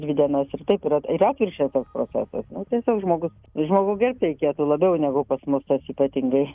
dvi dienas ir taip yra ir atvirkščias toks procesas nu tiesiog žmogus žmogų gerbt reikėtų labiau negu pas mus tas ypatingai